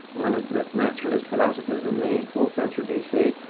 one of the naturalist philosophers in the fourth century bc,